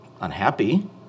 unhappy